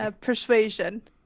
Persuasion